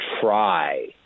try